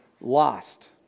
lost